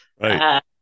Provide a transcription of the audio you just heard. Right